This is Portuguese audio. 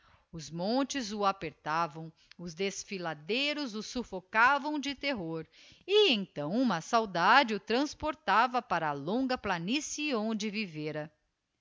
os montes o apertaam os desfiladeiros o suffbcavamde terror e então uma saudadeio transportava para a longa planice onde vivera